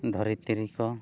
ᱫᱷᱚᱨᱤ ᱛᱤᱨᱤ ᱠᱚ